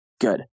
Good